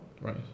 Right